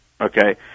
okay